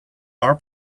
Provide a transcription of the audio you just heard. our